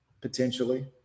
potentially